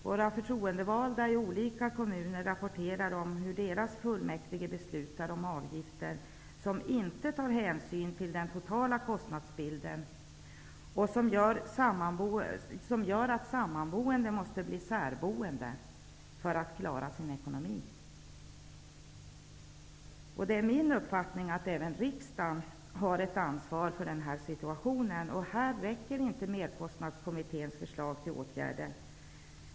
Våra förtroendevalda i olika kommuner rapporterar om hur deras fullmäktige beslutar om avgifter. Det är beslut som inte tar hänsyn till den totala kostnadsbilden och som gör att sammanboende måste bli särboende för att klara sin ekonomi. Enligt min uppfattning har även riksdagen ett ansvar för denna situation. Här räcker inte Merkostnadskommitténs förslag till åtgärder.